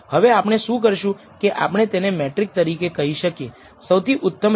હવે આપણે શું કરશુ કે આપણે તેને મેટ્રિક તરીકે કહી શકીએ સૌથી ઉત્તમ રેખા કઈ છે